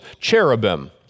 cherubim